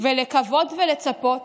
ולקוות ולצפות